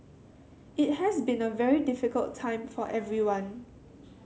it has been a very difficult time for everyone